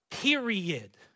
Period